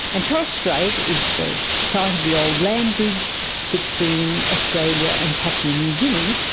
and torres strait is the the site of the old land bridge between australia and papua new guinea,